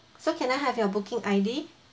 so can I have your booking I D